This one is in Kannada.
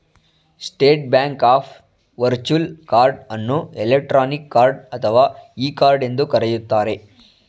state Bank of virtual card ಅನ್ನು ಎಲೆಕ್ಟ್ರಾನಿಕ್ ಕಾರ್ಡ್ ಅಥವಾ ಇ ಕಾರ್ಡ್ ಎಂದು ಕರೆಯುತ್ತಾರೆ